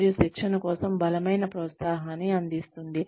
మరియు శిక్షణ కోసం బలమైన ప్రోత్సాహాన్ని అందిస్తుంది